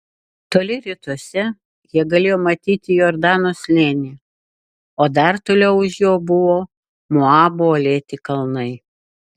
toli rytuose jie galėjo matyti jordano slėnį o dar toliau už jo buvo moabo uolėti kalnai